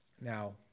Now